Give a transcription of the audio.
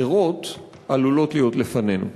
אחרות עלולות להיות לפנינו.